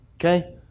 okay